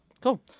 Cool